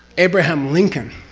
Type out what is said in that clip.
abraham lincoln,